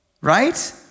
right